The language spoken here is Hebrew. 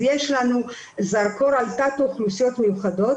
אז יש לנו זרקור על תת אוכלוסיות מיוחדות,